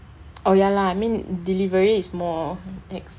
oh ya lah mean delivery is more ex